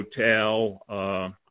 hotel